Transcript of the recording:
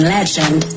Legend